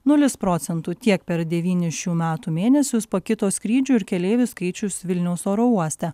nulis procentų tiek per devynis šių metų mėnesius pakito skrydžių ir keleivių skaičius vilniaus oro uoste